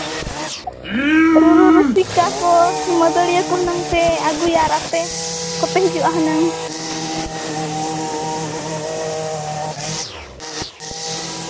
ᱨᱩᱼᱨᱩ ᱨᱩᱥᱤᱠᱟ ᱠᱚ ᱢᱟᱹᱫᱟᱹᱲᱤᱭᱟᱹ ᱠᱚ ᱦᱩᱱᱟᱹᱝ ᱯᱮ ᱟᱹᱜᱩᱭᱟ ᱟᱨ ᱟᱯᱮ ᱠᱚᱯᱮ ᱦᱤᱡᱩᱜᱼᱟ ᱦᱩᱱᱟᱹᱝ